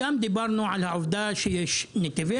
וגם דיברנו על העובדה שיש את נתיבי